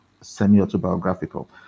semi-autobiographical